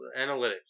Analytics